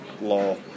law